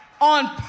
on